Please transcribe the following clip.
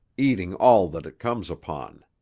eating all that it comes upon.